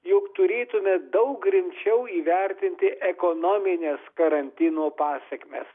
juk turėtume daug rimčiau įvertinti ekonomines karantino pasekmes